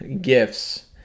gifts